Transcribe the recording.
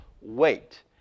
wait